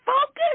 focus